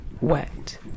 wet